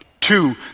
Two